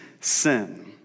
sin